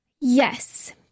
Yes